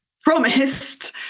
promised